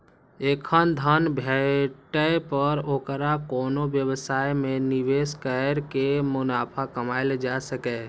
एखन धन भेटै पर ओकरा कोनो व्यवसाय मे निवेश कैर के मुनाफा कमाएल जा सकैए